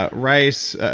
but rice,